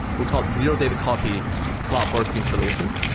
we call it zero data copy cloud bursting solution.